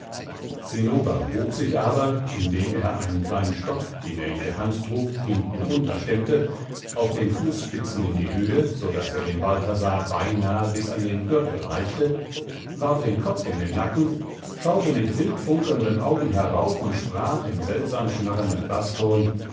zinnober hob sich aber indem er einen kleinen stock den er in der hand trug hinten unterstemmte auf den fußspitzen in die höhe so daß er dem balthasar beinahe bis an den gürtel reichte warf den kopf in den nacken schaute mit wildfunkelnden augen herauf und sprach in seltsam schnarrendem baßton